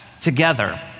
together